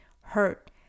hurt